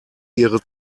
ihre